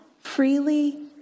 Freely